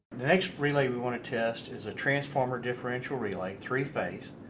next relay we want to test is a transformer differential relay, three phase.